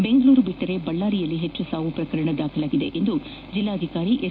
ಬೆಂಗಳೂರು ಬಿಟ್ಟರೆ ಬಳ್ಮಾರಿಯಲ್ಲಿ ಹೆಚ್ಚು ಸಾವು ಪ್ರಕರಣ ದಾಖಲಾಗಿದೆ ಎಂದು ಜಿಲ್ಲಾಧಿಕಾರಿ ಎಸ್